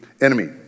enemy